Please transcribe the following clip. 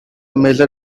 major